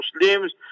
Muslims